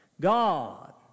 God